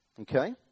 Okay